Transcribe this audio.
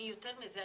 אבל יותר מזה,